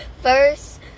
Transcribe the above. first